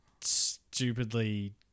stupidly